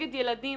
נגד ילדים?